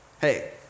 hey